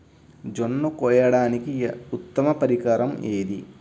జొన్న కోయడానికి ఉత్తమ పరికరం ఏది?